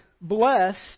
blessed